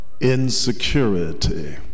insecurity